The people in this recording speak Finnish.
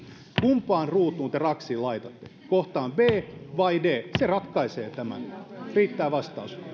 kumpaan ruutuun te raksin laitatte kohtaan b vai d se ratkaisee tämän riittää vastaus